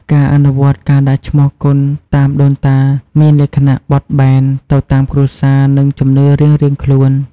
ការអនុវត្តការដាក់ឈ្មោះកូនតាមដូនតា មានលក្ខណៈបត់បែនទៅតាមគ្រួសារ និងជំនឿរៀងៗខ្លួន។